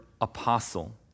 apostle